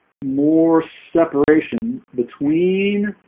more separation between